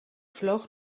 vloog